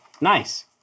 Nice